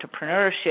entrepreneurship